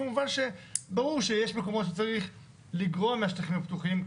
כמובן שברור שיש מקומות שצריך לגרוע מהשטחים הפתוחים,